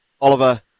Oliver